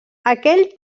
aquell